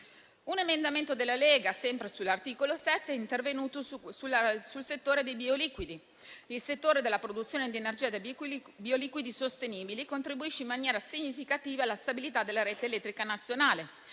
Un emendamento della Lega, sempre all'articolo 7, è intervenuto sul settore dei bioliquidi. La produzione di energia da bioliquidi sostenibili, infatti, contribuisce in maniera significativa alla stabilità della rete elettrica nazionale.